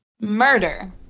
murder